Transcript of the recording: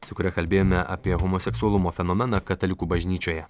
su kuria kalbėjome apie homoseksualumo fenomeną katalikų bažnyčioje